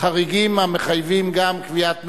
חריגים המחייבים גם קביעת נורמות.